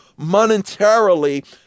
monetarily